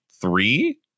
three